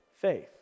faith